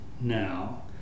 now